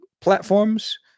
platforms